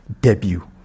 debut